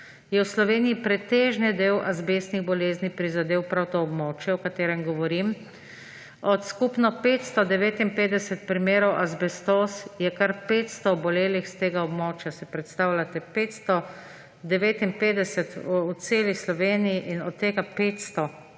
je v Sloveniji pretežni del azbestnih bolezni prizadel prav to območje, o katerem govorim. Od skupno 559 primerov azbestos je kar 500 obolelih s tega območja. Si predstavljate? 559 v celi Sloveniji in od tega 500